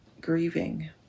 grieving